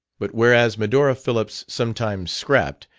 but whereas medora phillips sometimes scrapped,